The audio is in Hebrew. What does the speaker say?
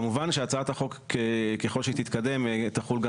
כמובן שהצעת החוק ככל שתתקדם תחול גם